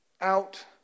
out